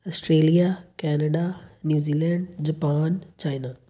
Australia Canada New Zealand Japan China